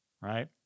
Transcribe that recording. Right